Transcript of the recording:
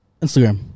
Instagram